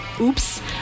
Oops